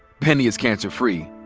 penny is cancer free.